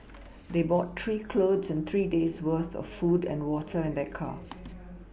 they brought some clothes and three days' worth of food and water in their car